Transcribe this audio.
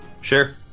Sure